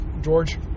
George